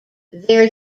their